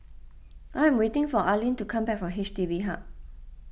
I am waiting for Aylin to come back from H D B Hub